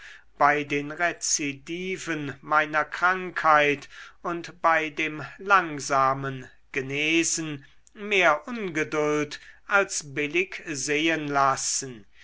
bei den rezidiven meiner krankheit und bei dem langsamen genesen mehr ungeduld als billig sehen lassen